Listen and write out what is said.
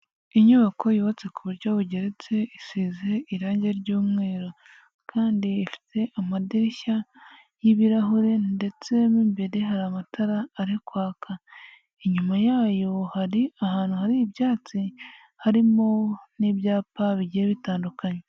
Inyubako yubatse ku buryo bugeretse isize irangi ry'umweru kandi ifite amadirishya y'ibirahure ndetse mo imbere hari amatara ari kwaka, inyuma yayo hari ahantu hari ibyatsi harimo n'ibyapa bigiye bitandukanye.